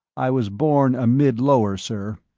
i was born a mid-lower, sir.